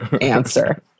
answer